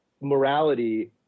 morality